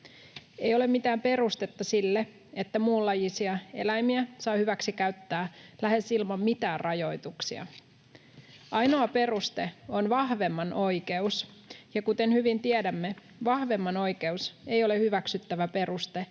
Ei ole mitään perustetta sille, että muunlajisia eläimiä saa hyväksikäyttää lähes ilman mitään rajoituksia. Ainoa peruste on vahvemman oikeus, ja kuten hyvin tiedämme, vahvemman oikeus ei ole hyväksyttävä peruste